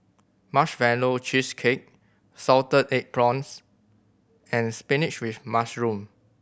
Marshmallow Cheesecake salted egg prawns and spinach with mushroom